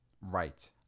Right